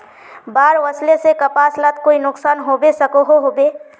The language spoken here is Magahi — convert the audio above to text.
बाढ़ वस्ले से कपास लात कोई नुकसान होबे सकोहो होबे?